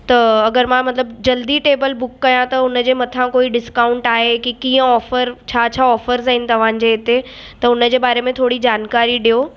त अगरि मां मतलबु जल्दी टेबल बुक कयां त उनजे मथां कोई डिस्काउंट आहे की कीअं ऑफर छा छा ऑफरस आहिनि तव्हांजे हिते त हुनजे बारे में थोरी जानकारी ॾियो